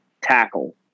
tackle